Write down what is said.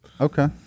Okay